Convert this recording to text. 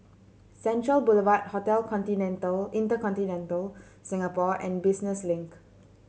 Central Boulevard Hotel Continental InterContinental Singapore and Business Link